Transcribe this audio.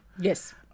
Yes